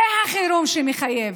זה החירום שמחייב.